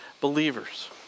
believers